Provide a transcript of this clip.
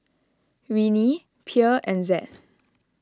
Winnie Pierre and Zed